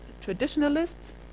traditionalists